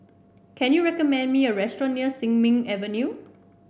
can you recommend me a restaurant near Sin Ming Avenue